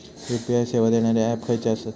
UPI सेवा देणारे app खयचे आसत?